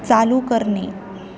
चालू करणे